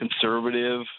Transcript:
conservative